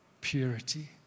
purity